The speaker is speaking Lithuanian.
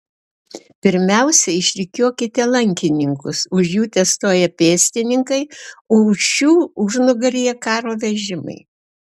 pirmiausia išrikiuokite lankininkus už jų testoja pėstininkai o šių užnugaryje karo vežimai